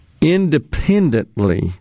independently